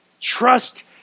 Trust